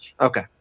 Okay